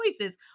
choices